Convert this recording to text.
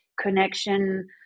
connection